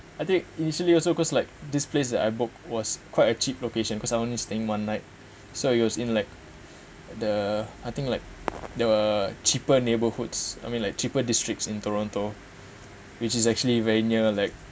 I think initially also because like this place that I book was quite a cheap location because I only staying one night so it was in like the I think like the cheaper neighborhoods I mean like cheaper districts in toronto which is actually very near like